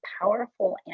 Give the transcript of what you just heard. powerful